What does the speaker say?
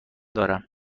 دارم